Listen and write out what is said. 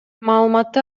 маалыматты